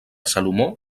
salomó